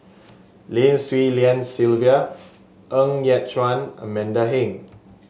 Lim Swee Lian Sylvia Ng Yat Chuan Amanda Heng